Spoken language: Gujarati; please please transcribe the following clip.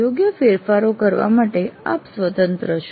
યોગ્ય ફેરફારો કરવા માટે આપ સ્વતંત્ર છો